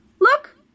look